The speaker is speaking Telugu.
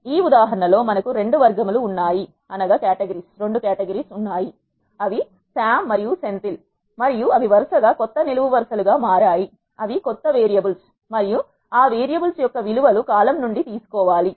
ఈ ఉదాహరణ లో మనకు రెండు వర్గాలు ఉన్నాయి అవి సామ్ మరియు సెంథిల్ మరియు అవి వరుసగా కొత్త నిలువు వరుసలు మా రాయి అవి కొత్త వేరియబుల్స్ మరియు ఆ వేరియబుల్స్ యొక్క విలువ లు కాలమ్ నుండి తీసుకోవాలి